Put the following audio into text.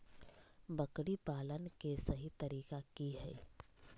बकरी पालन के सही तरीका की हय?